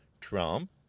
Trump